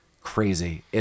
Crazy